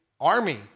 army